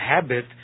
habit